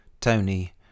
Tony